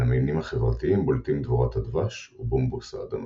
בין המינים החברתיים בולטים דבורת הדבש ובומבוס האדמה.